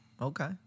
Okay